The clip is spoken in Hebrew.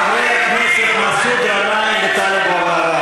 חברי הכנסת מסעוד גנאים וטלב אבו עראר,